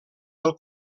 del